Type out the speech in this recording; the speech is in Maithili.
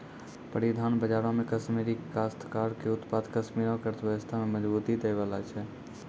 परिधान बजारो मे कश्मीरी काश्तकार के उत्पाद कश्मीरो के अर्थव्यवस्था में मजबूती दै बाला छै